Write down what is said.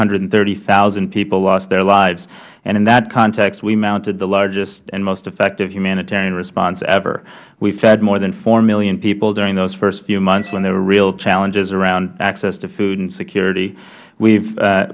hundred and thirty thousand people lost their lives in that context we mounted the largest and most effective humanitarian response ever we fed more than four million people during those first few months when there were real challenges in access to food and security we